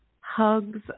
hugs